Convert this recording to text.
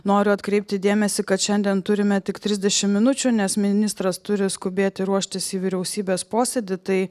noriu atkreipti dėmesį kad šiandien turime tik trisdešimt minučių nes ministras turi skubėti ruoštis į vyriausybės posėdį tai